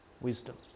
wisdom